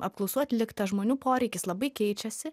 apklausų atlikta žmonių poreikis labai keičiasi